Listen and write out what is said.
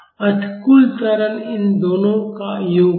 अतः कुल त्वरण इन दोनों का योग होगा